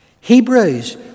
Hebrews